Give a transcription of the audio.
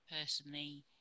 personally